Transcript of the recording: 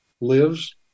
lives